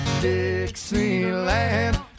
Dixieland